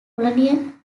colonial